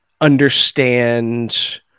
understand